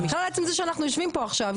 חוץ מזה שאנחנו יושבים פה עכשיו,